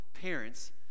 parents